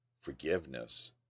forgiveness